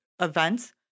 events